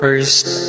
First